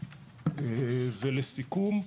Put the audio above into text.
ולסיכום,